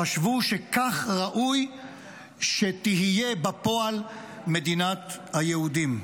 חשבו שכך ראוי שתיראה בפועל מדינת היהודים.